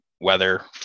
weather